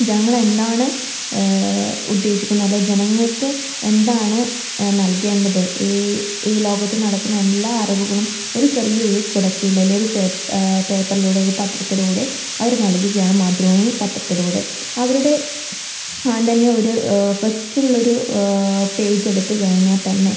ജനങ്ങൾ എന്താണ് ഉദ്ദേശിക്കുന്നത് അല്ലെങ്കിൽ ജനങ്ങൾക്ക് എന്താണ് നൽകേണ്ടത് ഈ ഈ ലോകത്ത് നടക്കുന്ന എല്ലാ അറിവുകളും ഒരു ചെറിയ ഒരു കുടക്കീഴിൽ അല്ലെങ്കിൽ ഒരു പേപ്പറിലൂടെ ഒരു പത്രത്തിലൂടെ അവർ നൽകുകയാണ് മാതൃഭൂമി പത്രത്തിലൂടെ അവരുടെ ആദ്യം തന്നെ ഒര് ഫസ്റ്റുള്ള ഒരു പേജ് എടുത്ത് കഴിഞ്ഞാൽ തന്നെ